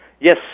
Yes